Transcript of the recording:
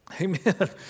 Amen